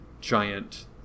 giant